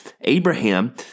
Abraham